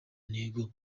ntego